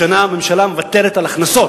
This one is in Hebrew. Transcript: השנה הממשלה מוותרת על הכנסות